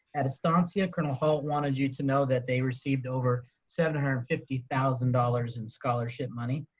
at estancia, colonel halt wanted you to know that they received over seven hundred and fifty thousand dollars in scholarship money.